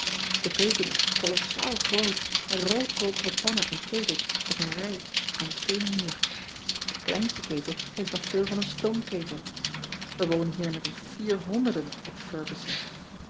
e keuken is kolossaal groot met roodkoperen pannen en ketels op een rij aan den steenen muur e kleinste ketel heeft nog veel van een stoomketel ij wonen hier met ons vierhonderden op ergussen